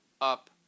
up